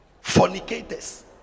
Fornicators